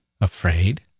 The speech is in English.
Afraid